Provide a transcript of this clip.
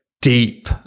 deep